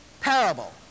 parable